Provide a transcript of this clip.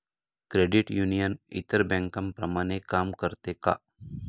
Credit union इतर बँकांप्रमाणे काम करते का?